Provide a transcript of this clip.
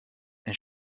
and